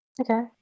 Okay